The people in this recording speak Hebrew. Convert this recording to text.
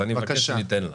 אז אני מבקש שתיתן לה.